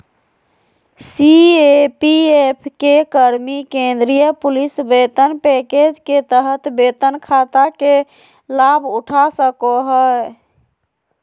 CAPF के कर्मि केंद्रीय पुलिस वेतन पैकेज के तहत वेतन खाता के लाभउठा सको हइ